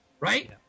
right